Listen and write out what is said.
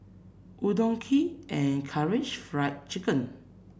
Udon Kheer and Karaage Fried Chicken